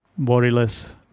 worryless